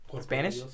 Spanish